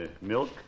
Milk